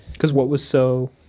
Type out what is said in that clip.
because what was so?